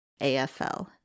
AFL